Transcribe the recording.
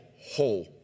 whole